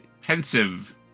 Pensive